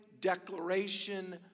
Declaration